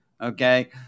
Okay